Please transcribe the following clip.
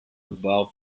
above